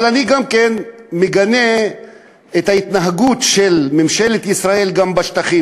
אבל אני גם מגנה את ההתנהגות של ממשלת ישראל גם בשטחים.